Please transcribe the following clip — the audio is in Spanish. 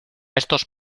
estos